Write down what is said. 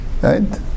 Right